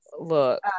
Look